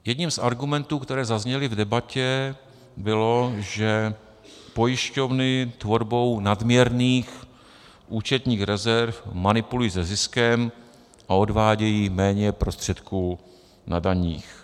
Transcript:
Jedním z argumentů, které zazněly v debatě, bylo, že pojišťovny tvorbou nadměrných účetních rezerv manipulují se ziskem a odvádějí méně prostředků na daních.